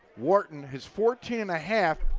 wharton has fourteen and a half.